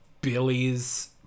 billy's